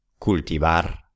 Cultivar